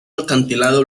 acantilado